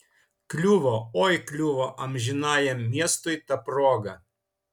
kliuvo oi kliuvo amžinajam miestui ta proga